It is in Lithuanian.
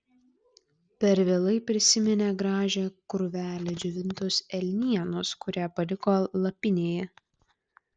per vėlai prisiminė gražią krūvelę džiovintos elnienos kurią paliko lapinėje